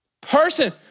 person